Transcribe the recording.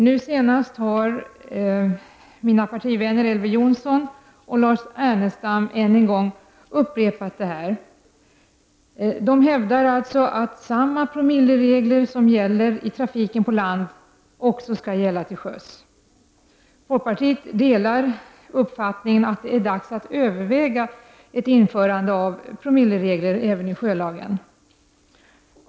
Nu senast har mina partivänner Elver Jonsson och Lars Ernestam hävdat att samma promilleregler som gäller i trafiken på land också bör gälla till sjöss. Folkpartiet delar uppfattningen att det är dags att överväga ett införande av promilleregler även i sjölagen.